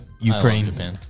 Ukraine